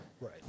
Right